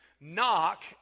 Knock